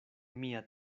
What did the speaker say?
mia